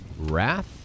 Wrath